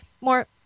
more